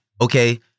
Okay